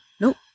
Nope